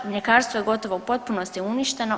Mljekarstvo je gotovo u potpunosti uništeno.